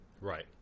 Right